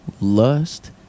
lust